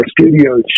Studios